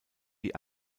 die